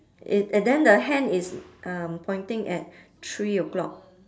it~ and then the hand is um pointing at three o'clock